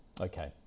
okay